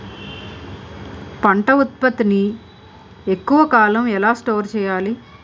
పంట ఉత్పత్తి ని ఎక్కువ కాలం ఎలా స్టోర్ చేయాలి?